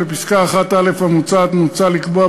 לפסקה (1)(א) המוצעת: מוצע לקבוע,